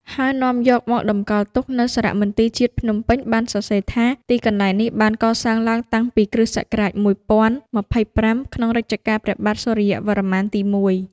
ហើយនាំយកមកតម្កល់ទុកនៅសារមន្ទីរជាតិភ្នំពេញ បានសរសេរថា ទីកន្លែងនេះបានកសាងឡើងតាំងពីគ.ស. ១០២៥ ក្នុងរជ្ជកាលព្រះបាទសូរ្យវរ្ម័នទី១ ។